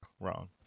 Wrong